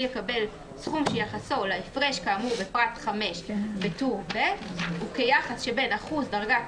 סכום שיחסו להפרש כאמור בפרט 5 בטור ב' הוא כיחס שבין אחוז דרגת